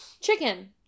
Chicken